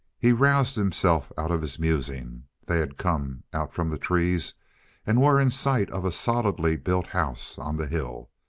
he roused himself out of his musing. they had come out from the trees and were in sight of a solidly built house on the hill.